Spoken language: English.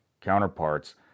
counterparts